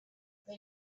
they